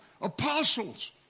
apostles